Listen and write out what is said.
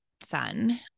son